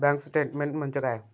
Bank statement म्हणजे काय?